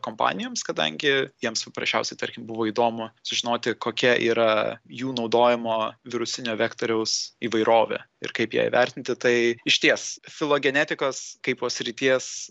kompanijoms kadangi jiems paprasčiausiai tarkim buvo įdomu sužinoti kokia yra jų naudojimo virusinio vektoriaus įvairovė ir kaip ją įvertinti tai išties filogenetikos kaipo srities